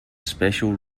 special